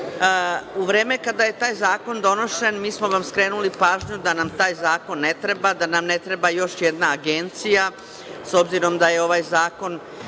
vreme kada je taj zakon donošen, mi smo vam skrenuli pažnju da nam taj zakon ne treba, da nam ne treba još jedna agencija s obzirom da je ovaj zakon